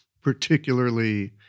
particularly